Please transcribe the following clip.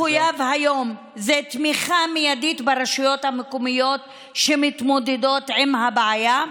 מה שמחויב היום זה תמיכה מיידית ברשויות המקומיות שמתמודדות עם הבעיה,